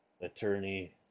attorney